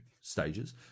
stages